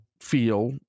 Feel